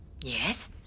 Yes